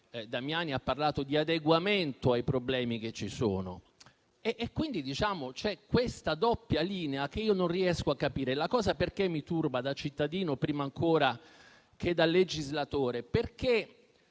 Damiani ha parlato di adeguamento ai problemi che ci sono. C'è questa doppia linea che io non riesco a capire. La cosa mi turba, da cittadino prima ancora che da legislatore, perché